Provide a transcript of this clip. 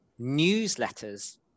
Newsletters